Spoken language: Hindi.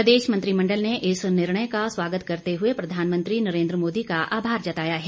प्रदेश मंत्रिमण्डल ने इस निर्णय का स्वागत करते हुए प्रधानमंत्री नरेन्द्र मोदी का आभार जताया है